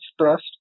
trust